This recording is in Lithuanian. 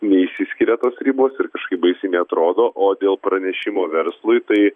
neišsiskyria tos ribos ir kažkaip baisiai neatrodo o dėl pranešimo verslui tai